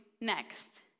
next